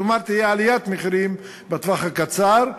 כלומר תהיה עליית מחירים בטווח הקצר,